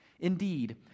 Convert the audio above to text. Indeed